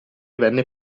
venne